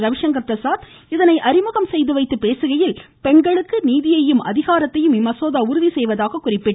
ரவிசங்கர் பிரசாத் இதனை அறிமுகம் செய்து வைத்து பேசுகையில் பெண்களுக்கு நீதியையும் அதிகாரத்தையும் இம்மசோதா உறுதி செய்வதாக குறிப்பிட்டார்